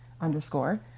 underscore